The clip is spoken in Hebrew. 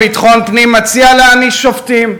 אני מבקשת שקט כאן.